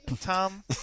Tom